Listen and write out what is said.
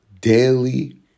Daily